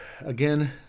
again